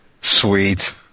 Sweet